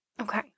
Okay